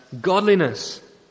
godliness